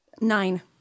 Nine